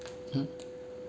mm